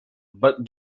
but